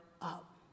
up